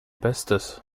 bestes